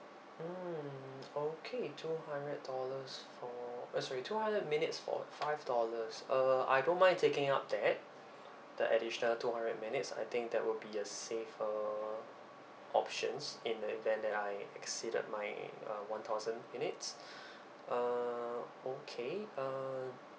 mm okay two hundred dollars for eh sorry two hundred minutes for five dollars uh I don't mind taking up that the additional two hundred minutes I think that would be a safer options in the event that I exceeded my uh one thousand minutes uh okay uh